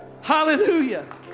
Hallelujah